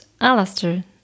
Alastair